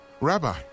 Rabbi